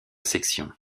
section